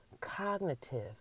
cognitive